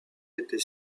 était